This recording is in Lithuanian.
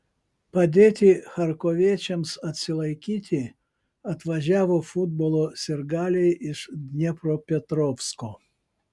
padėti charkoviečiams atsilaikyti atvažiavo futbolo sirgaliai iš dniepropetrovsko